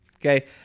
Okay